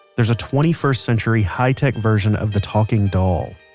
there's a twenty first century high-tech version of the talking doll.